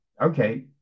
okay